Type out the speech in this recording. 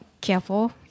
careful